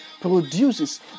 produces